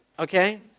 okay